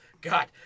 God